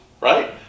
right